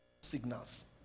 signals